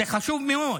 זה חשוב מאוד,